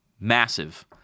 Massive